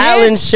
Alan